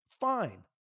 fine